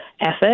effort